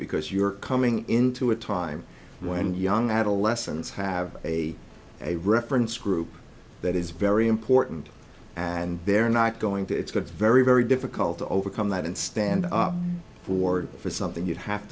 because you're coming into a time when young adolescents have a a reference group that is very important and they're not going to it's going to very very difficult to overcome that and stand up for for something you'd have